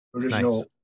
original